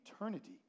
eternity